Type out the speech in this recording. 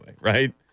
right